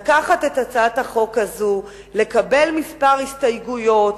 לקחת את הצעת החוק הזאת, לקבל כמה הסתייגויות,